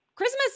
Christmas